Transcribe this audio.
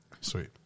Sweet